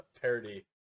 parody